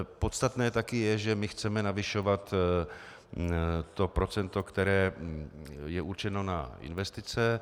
Podstatné taky je, že chceme navyšovat procento, které je určeno na investice.